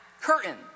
curtain